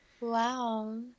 Wow